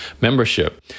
membership